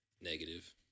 negative